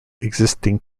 existing